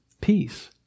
peace